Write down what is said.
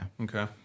okay